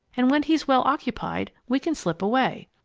and when he's well occupied, we can slip away.